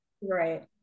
Right